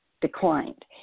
declined